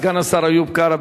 סגן השר איוב קרא.